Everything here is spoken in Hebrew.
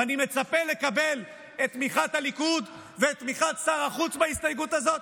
ואני מצפה לקבל את תמיכת הליכוד ואת תמיכת שר החוץ בהסתייגות הזאת,